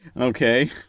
Okay